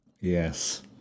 Yes